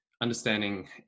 understanding